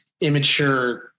immature